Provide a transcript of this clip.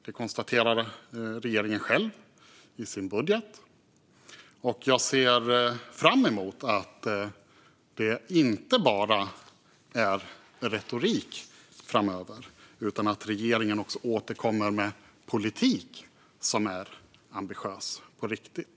Det konstaterar regeringen själv i sin budget. Jag ser fram emot att det inte bara är retorik framöver utan att regeringen också återkommer med politik som är ambitiös på riktigt.